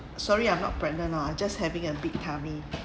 sorry I'm not pregnant lah I just having a big tummy